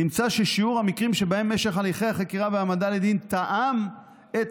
נמצא ששיעור המקרים שבהם משך הליכי החקירה בהעמדה לדין תאם את